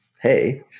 hey